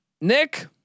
Nick